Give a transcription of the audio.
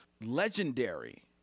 legendary